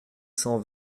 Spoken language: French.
cent